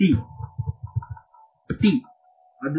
ವಿದ್ಯಾರ್ಥಿ